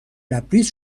لبریز